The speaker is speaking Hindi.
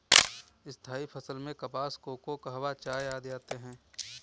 स्थायी फसल में कपास, कोको, कहवा, चाय आदि आते हैं